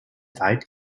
zeit